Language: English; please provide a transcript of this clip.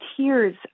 tears